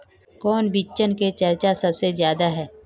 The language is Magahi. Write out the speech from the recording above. कौन बिचन के चर्चा सबसे ज्यादा है?